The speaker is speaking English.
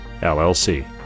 LLC